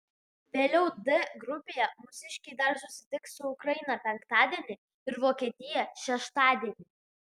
vėliau d grupėje mūsiškiai dar susitiks su ukraina penktadienį ir vokietija šeštadienį